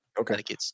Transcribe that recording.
Okay